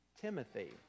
Timothy